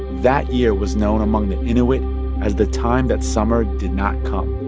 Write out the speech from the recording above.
that year was known among the inuit as the time that summer did not come.